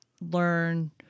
learn